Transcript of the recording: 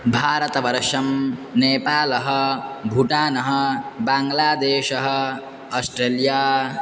भारतवर्षं नेपालः भूटानः बाङ्ग्लादेशः आस्ट्रेलिया